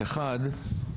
ראשית,